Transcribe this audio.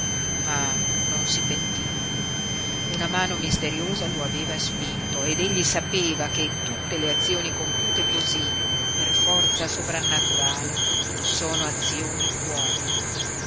ma non si pentiva una mano misteriosa lo aveva spinto ed egli sapeva che tutte le azioni compiute cosí per forza sovrannaturale sono azioni buone